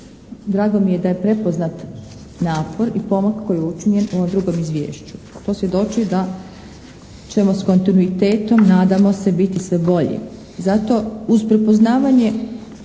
drago mi je da je prepoznat napor i koji je učinjen u ovom drugom izvješću. To svjedoči da ćemo s kontinuitetom nadamo se, biti sve bolji. Zato uz prepoznavanje